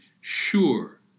sure